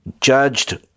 judged